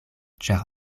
ĉar